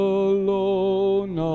alone